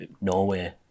Norway